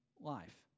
life